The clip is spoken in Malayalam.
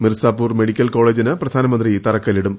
മിർസാപൂർ മെഡിക്കൽ കോളേജിന് പ്രധാനമന്ത്രി തറക്കല്ലിടും